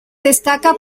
destaca